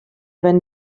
wenn